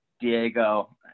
Diego